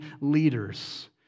leaders